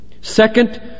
Second